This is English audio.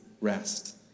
rest